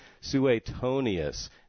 Suetonius